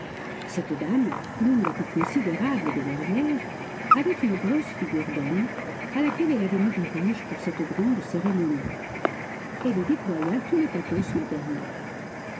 cette dame l'une des plus considérables de verrières avait une grosse figure d'homme à laquelle elle avait mis du rouge pour cette grande cérémonie elle y déploya tout le pathos maternel